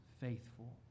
faithful